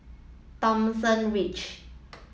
Thomson Ridge